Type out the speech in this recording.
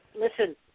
listen